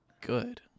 Good